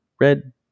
red